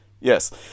Yes